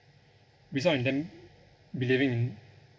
results in them believing in